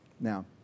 Now